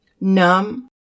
Numb